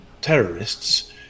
terrorists